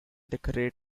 decorate